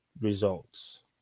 results